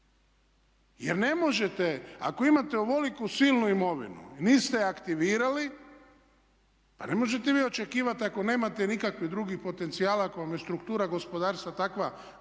jer ne možete ako imate ovoliku silnu imovinu i niste je aktivirali pa ne možete vi očekivati ako nemate nikakvih drugih potencijala, ako vam je struktura gospodarstva takva